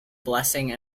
blessing